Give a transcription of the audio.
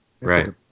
Right